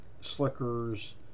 slickers